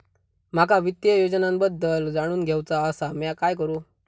माका वित्तीय योजनांबद्दल जाणून घेवचा आसा, म्या काय करू?